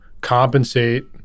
compensate